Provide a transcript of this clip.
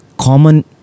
common